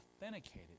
authenticated